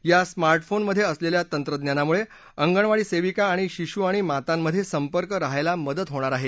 या स्मार्ट फोनमध्ये असलेल्या तंत्रज्ञानामुळे अंगणवाडी सेविका आणि शिशु आणि मतांमध्ये संपर्क राहायला मदत होणार आहे